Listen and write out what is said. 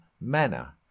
manner